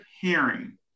hearing